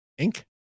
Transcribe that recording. Inc